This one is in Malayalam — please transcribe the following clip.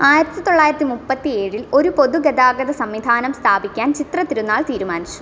ആയിരത്തി തൊള്ളായിരത്തി മുപ്പത്തിയേഴിൽ ഒരു പൊതു ഗതാഗത സംവിധാനം സ്ഥാപിക്കാൻ ചിത്ര തിരുനാൾ തീരുമാനിച്ചു